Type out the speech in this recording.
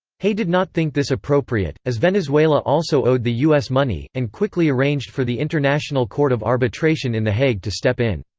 hay did not think this appropriate, as venezuela also owed the u s. money, and quickly arranged for the international court of arbitration in the hague to step in.